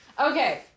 Okay